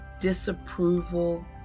disapproval